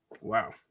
Wow